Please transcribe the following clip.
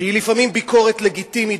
שהיא לפעמים ביקורת לגיטימית,